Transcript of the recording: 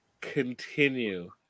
continue